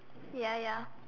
ya ya